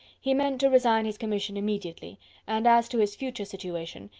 he meant to resign his commission immediately and as to his future situation,